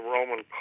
Roman